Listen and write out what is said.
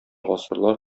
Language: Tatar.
гасырлар